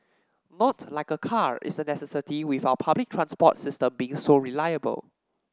not like a car is a necessity with our public transport system being so reliable